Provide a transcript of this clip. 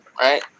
right